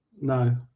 No